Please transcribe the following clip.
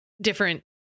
different